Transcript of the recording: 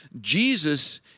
Jesus